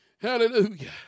Hallelujah